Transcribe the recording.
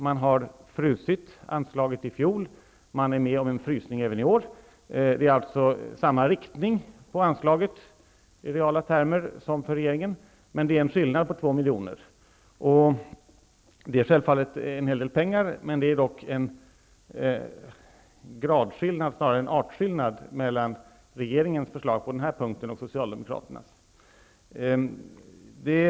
Man har frusit anslaget i fjol och man är med om en frysning även i år. Inriktningen när det gäller anslaget är alltså densamma som regeringens i reala termer, men det är en skillnad på 2 miljoner. Detta är självfallet en hel del pengar -- dock är det en gradskillnad snarare än en artskillnad mellan regeringens förslag på den här punkten och socialdemokraternas förslag.